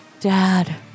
dad